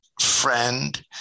friend